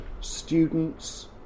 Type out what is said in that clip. students